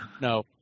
No